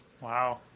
wow